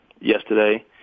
yesterday